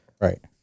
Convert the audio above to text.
Right